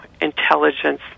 intelligence